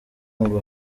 ngo